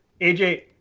AJ